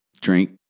drink